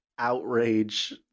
outrage